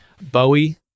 Bowie